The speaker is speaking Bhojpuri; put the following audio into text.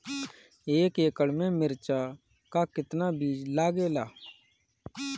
एक एकड़ में मिर्चा का कितना बीज लागेला?